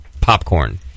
popcorn